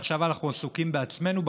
שעכשיו אנחנו עסוקים בעצמנו?